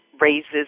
raises